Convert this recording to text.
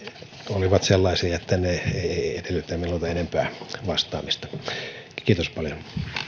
olivat sellaisia että ne eivät edellytä minulta enempää vastaamista kiitos paljon